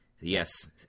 Yes